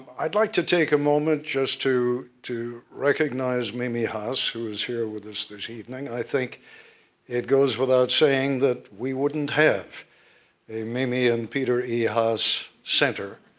i'd like to take a moment just to to recognize mimi haas, who is here with us this evening. i think it goes without saying that we wouldn't have a mimi and peter e. haas center